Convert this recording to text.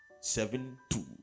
Seven-two